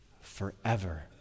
forever